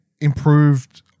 improved